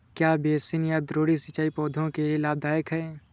क्या बेसिन या द्रोणी सिंचाई पौधों के लिए लाभदायक है?